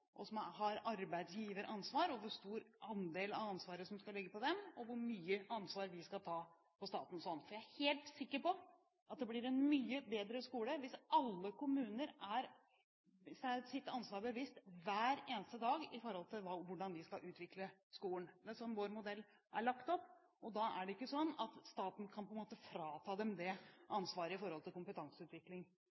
skal ligge på dem og hvor mye ansvar vi skal ta på statens hånd. Jeg er helt sikker på at det blir en mye bedre skole hvis alle kommuner er seg sitt ansvar bevisst hver eneste dag når det gjelder hvordan de skal utvikle skolen. Men slik vår modell er lagt opp, kan ikke staten frata dem ansvaret for kompetanseutvikling for lærerne. Vi har satt i gang veldig mange tiltak når det gjelder hvordan vi skal sikre at